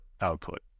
output